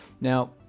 Now